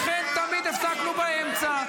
ולכן תמיד הפסקנו באמצע.